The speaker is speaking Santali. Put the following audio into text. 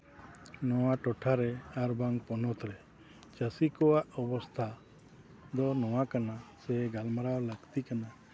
ᱱᱚᱣᱟ ᱴᱚᱴᱷᱟᱨᱮ ᱟᱨ ᱵᱟᱝ ᱯᱚᱱᱚᱛ ᱨᱮ ᱪᱟᱹᱥᱤ ᱠᱚᱣᱟᱜ ᱚᱵᱚᱥᱛᱷᱟ ᱫᱚ ᱱᱚᱣᱟ ᱠᱟᱱᱟ ᱥᱮ ᱜᱟᱞᱢᱟᱨᱟᱣ ᱞᱟᱹᱠᱛᱤ ᱠᱟᱱᱟ